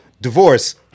divorce